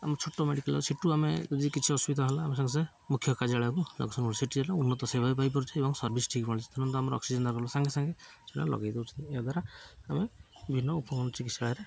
ଆମ ଛୋଟ ମେଡିକାଲ୍ ସେଠୁ ଆମେ ଯଦି କିଛି ଅସୁବିଧା ହେଲା ଆମେ ସାଙ୍ଗେ ସାଙ୍ଗେ ମୁଖ୍ୟ କାର୍ଯ୍ୟାଳୟକୁ ସେଠି ଉନ୍ନତ ସେବା ବି ପାଇପାରୁଛେ ଏବଂ ସର୍ଭିସ୍ ଠିକ ପାଇ ପାରୁଛେ ଧରନ୍ତୁ ଆମ ଅକ୍ସିଜେନ୍ର ସାଙ୍ଗେ ସାଙ୍ଗେ ସେଟା ଲଗେଇ ଦେଉଛେ ଏହା ଦ୍ୱାରା ଆମେ ବିଭିନ୍ନ ଉପ ଚିକିତ୍ସାଳୟରେ